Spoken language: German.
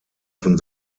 von